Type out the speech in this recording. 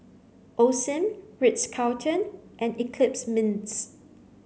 Osim Ritz Carlton and Eclipse Mints